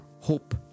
hope